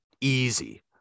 Easy